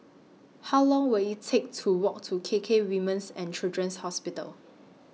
How Long Will IT Take to Walk to K K Women's and Children's Hospital